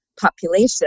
population